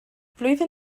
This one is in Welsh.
flwyddyn